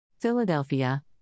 Philadelphia